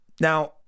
Now